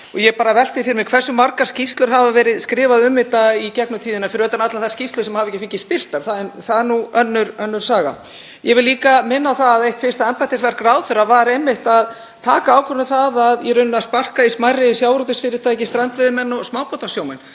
Ég bara velti því fyrir mér hversu margar skýrslur hafa verið skrifaðar um þetta í gegnum tíðina fyrir utan allar þær skýrslur sem hafa ekki fengist birtar. En það er nú önnur saga. Ég vil líka minna á það að eitt fyrsta embættisverk ráðherra var einmitt að taka ákvörðun um það í rauninni að sparka í smærri sjávarútvegsfyrirtæki, strandveiðimenn og smábátasjómenn.